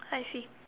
I see